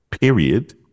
Period